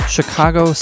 Chicago